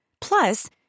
Plus